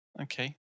Okay